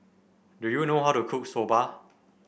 do you know how to cook Soba